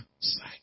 sight